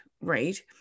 right